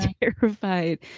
terrified